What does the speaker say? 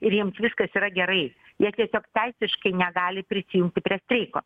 ir jiems viskas yra gerai jie tiesiog teisiškai negali prisijungti prie streiko